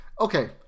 Okay